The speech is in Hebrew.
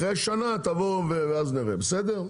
אחרי שנה תבואו ואז נראה, בסדר?